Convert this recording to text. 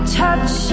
touch